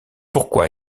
pourquoi